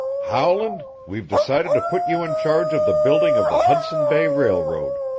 howland, we've decided to put you in charge of the building of the hudson bay railroad.